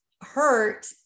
hurt